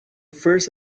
first